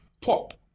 pop